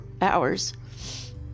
hours